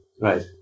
right